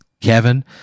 Kevin